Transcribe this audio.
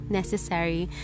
necessary